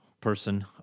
person